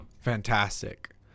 Fantastic